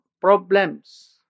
problems